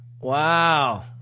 Wow